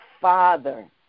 father